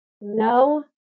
No